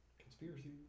Conspiracy